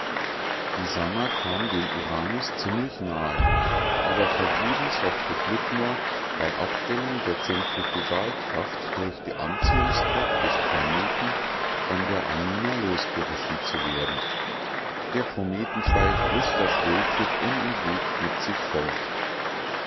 die sannah kam dem uranus ziemlich nahe aber vergebens hoffte flitmore bei abstellung der zentrifugalkraft durch die anziehungskraft des planeten von der amina losgerissen zu werden der kometenschweif riß das weltschiff unentwegt mit sich fort